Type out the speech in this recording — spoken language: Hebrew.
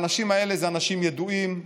האנשים האלה הם אנשים ידועים,